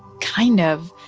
kind of.